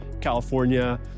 California